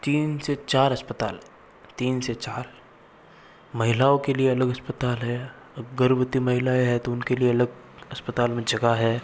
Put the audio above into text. तीन से चार अस्पताल तीन से चार महिलाओं के लिए अलग अस्पताल हैं अब गर्भवती महिलाएं हैं तो उनके लिए अलग अस्पताल में जगह हैं